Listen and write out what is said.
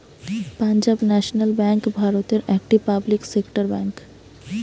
Punjab national bank ভারতের একটি public sector bank